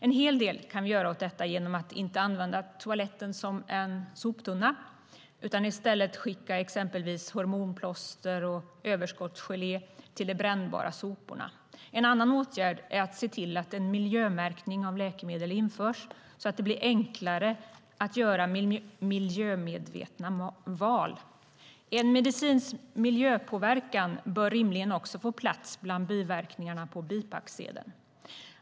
En hel del kan vi göra åt detta genom att inte använda toaletten som en soptunna utan i stället skicka exempelvis hormonplåster och överskottsgelé till de brännbara soporna. En annan åtgärd är att se till att en miljömärkning av läkemedel införs, så att det blir enklare att göra miljömedvetna val. En medicins miljöpåverkan bör rimligen också få plats bland biverkningarna på bipacksedeln.